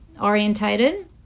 orientated